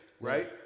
right